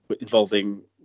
involving